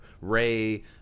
ray